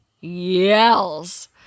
yells